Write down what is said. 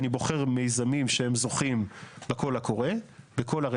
אני בוחר מיזמים שהם זוכים בקול הקורא בכל ערי